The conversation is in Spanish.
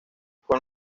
con